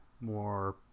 more